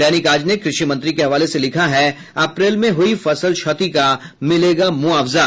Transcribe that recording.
दैनिक आज ने कृषि मंत्री के हवाले से लिखा है अप्रैल में हुई फसल क्षति का मिलेगा मुआवजा